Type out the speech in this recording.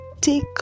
take